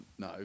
No